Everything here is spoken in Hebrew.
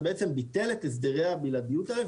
זה בעצם ביטל את הסדרי הבלעדיות האלה,